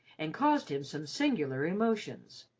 and caused him some singular emotions.